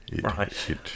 Right